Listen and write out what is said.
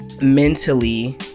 mentally